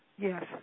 Yes